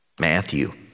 Matthew